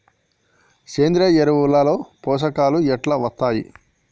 సేంద్రీయ ఎరువుల లో పోషకాలు ఎట్లా వత్తయ్?